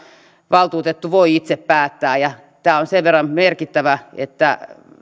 valtuutettu voi itse päättää ja tämä on sen verran merkittävä asia